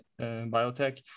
biotech